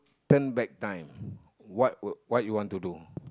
turn back time what would what you want to do